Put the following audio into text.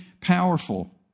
powerful